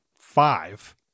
five